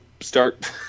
start